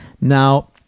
Now